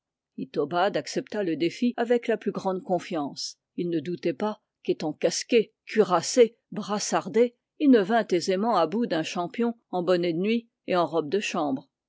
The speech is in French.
itobad accepta le défi avec la plus grande confiance il ne doutait pas qu'étant casqué cuirassé brassardé il ne vînt aisément à bout d'un champion en bonnet de nuit et en robe de chambre